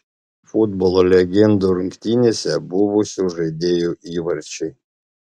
futbolo legendų rungtynėse buvusių žaidėjų įvarčiai